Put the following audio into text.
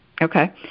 Okay